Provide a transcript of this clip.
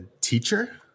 teacher